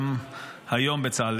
גם היום בצה"ל.